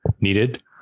needed